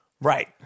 Right